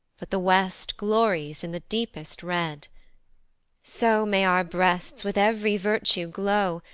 but the west glories in the deepest red so may our breasts with ev'ry virtue glow,